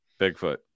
Bigfoot